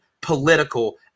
political